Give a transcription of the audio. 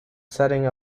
setting